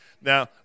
Now